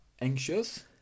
anxious